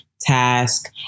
task